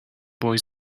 boy